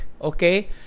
okay